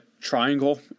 triangle